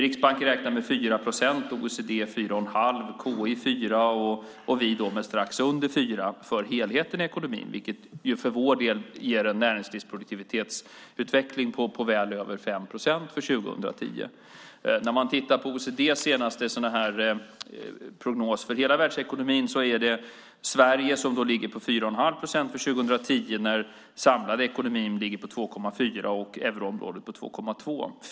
Riksbanken räknar med 4 procent, OECD 4,5 procent, KI 4 procent och vi med strax under 4 procent för helheten i ekonomin, vilket för vår del ger en näringslivsproduktivitetsutveckling på väl över 5 procent för 2010. När man tittar på OECD:s senaste prognos för hela världsekonomin ser man att Sverige ligger på 4,5 procent för 2010, medan den samlade ekonomin ligger på 2,4 procent och euroområdet på 2,2 procent.